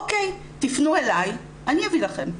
אוקיי, תפנו אלי, אני אביא לכם.